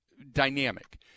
dynamic